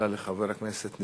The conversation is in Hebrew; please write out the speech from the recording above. חבר הכנסת מקלב,